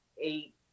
eight